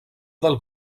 del